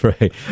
Right